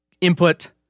input